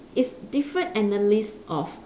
it's different analyst of